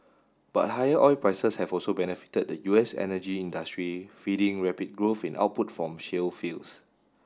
but higher oil prices have also benefited the U S energy industry feeding rapid growth in output from shale fields